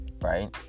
right